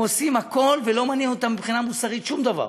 הם עושים הכול ולא מעניין אותם מבחינה מוסרית שום דבר.